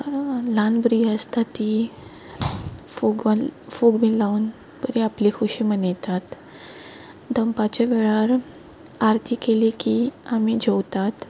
ल्हान भुरगीं आसतात तीं फोगल फोग बीन लावन बरी आपली खोशी मनयतात दनपारच्या वेळार आरती केली की आमी जेवतात